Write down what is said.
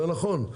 זה נכון.